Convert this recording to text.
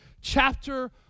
chapter